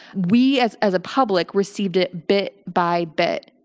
we as as a public received it bit by bit,